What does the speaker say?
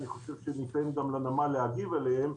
אני חושב שניתן גם לנמל להגיב עליהן.